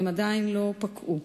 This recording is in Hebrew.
הן עדיין לא פקעו.